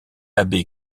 abbé